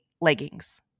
Leggings